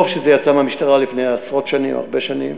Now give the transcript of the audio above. טוב שזה יצא מהמשטרה לפני עשרות שנים, הרבה שנים,